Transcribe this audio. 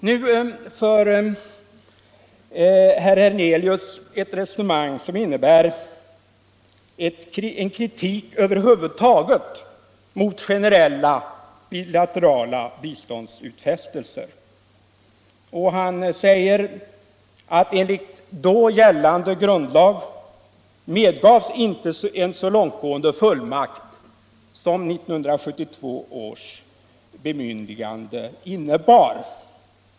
Nu för herr Hernelius ett resonemang som innebär en kritik över huvud taget mot generella bilaterala biståndsutfästelser. Han säger att enligt då gällande grundlag medgavs inte en så långtgående fullmakt som 1972 års bemyndigande innebar.